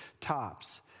tops